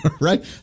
right